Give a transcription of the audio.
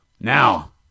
Now